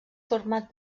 format